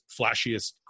flashiest